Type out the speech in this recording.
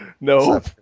No